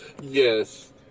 Yes